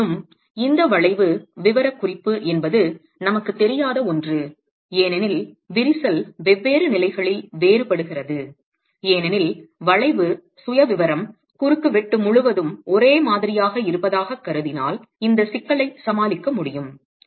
இருப்பினும் இந்த வளைவு விவரக்குறிப்பு என்பது நமக்குத் தெரியாத ஒன்று ஏனெனில் விரிசல் வெவ்வேறு நிலைகளில் வேறுபடுகிறது ஏனெனில் வளைவு சுயவிவரம் குறுக்குவெட்டு முழுவதும் ஒரே மாதிரியாக இருப்பதாகக் கருதினால் இந்த சிக்கலைச் சமாளிக்க முடியும்